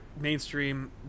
mainstream